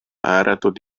ääretult